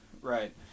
Right